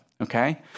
Okay